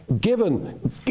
given